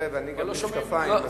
ואני גם בלי משקפיים.